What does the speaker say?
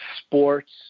sports